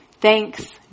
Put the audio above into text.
Thanks